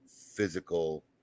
physical